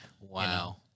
Wow